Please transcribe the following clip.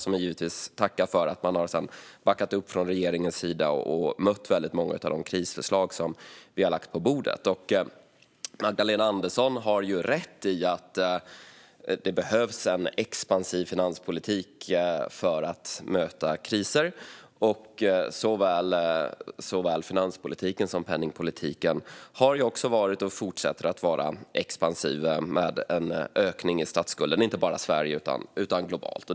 Jag tackar givetvis för detta och för att regeringen har backat upp och mött många av de krisförslag som vi har lagt på bordet. Magdalena Andersson har rätt i att det behövs en expansiv finanspolitik för att möta kriser, och såväl finanspolitiken som penningpolitiken har varit och fortsätter att vara expansiv, med en ökning i statsskulden, inte bara i Sverige utan globalt.